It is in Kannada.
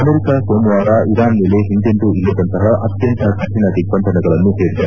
ಅಮೆರಿಕ ಸೋಮವಾರ ಇರಾನ್ ಮೇಲೆ ಹಿಂದೆಂದೂ ಇಲ್ಲದಂತಹ ಅತ್ಯಂತ ಕಠಿಣ ದಿಗ್ಬಂಧನಗಳನ್ನು ಹೇರಿದೆ